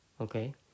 Okay